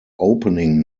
opening